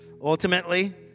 ultimately